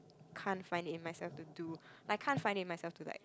can't find in myself to do like can't find in myself to like